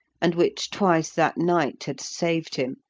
and which twice that night had saved him,